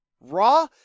Raw